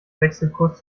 wechselkurs